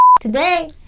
today